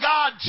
God